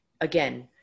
again